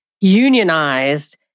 unionized